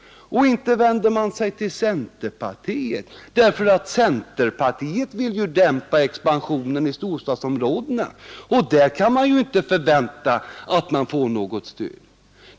Inte heller vänder man sig till centerpartiet, därför att centerpartiet vill ju dämpa expansionen i storstadsområdena, och där kan man inte förvänta att man får något stöd.